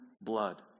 blood